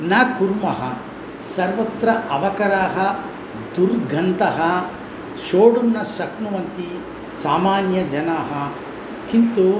न कुर्मः सर्वत्र अवकराः दुर्गन्दः सोडुं न शक्नुवन्ति सामान्यजनाः किन्तु